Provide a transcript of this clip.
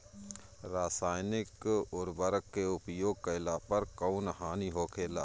रसायनिक उर्वरक के उपयोग कइला पर कउन हानि होखेला?